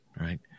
right